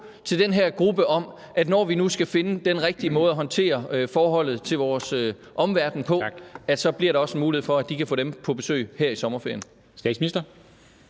til den her gruppe om, at når vi nu skal finde den rigtige måde at håndtere forholdet til vores omverden på, bliver der også mulighed for, at de kan få dem på besøg her i sommerferien. Kl.